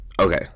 Okay